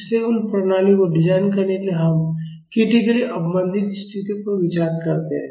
इसलिए उन प्रणालियों को डिजाइन करने के लिए हम क्रिटिकल्ली अवमंदित स्थितियों पर विचार करते हैं